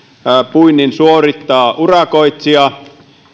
puinnin suorittaa urakoitsija